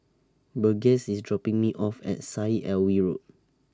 Burgess IS dropping Me off At Syed Alwi Road